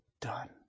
done